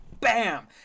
bam